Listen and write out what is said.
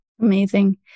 Amazing